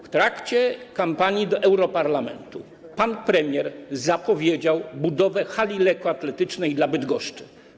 W trakcie kampanii do europarlamentu pan premier zapowiedział budowę hali lekkoatletycznej w Bydgoszczy.